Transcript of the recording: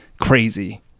crazy